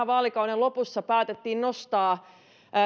vaalikauden lopussa päätettiin nostaa